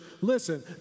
listen